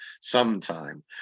sometime